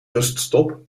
ruststop